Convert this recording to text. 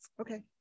Okay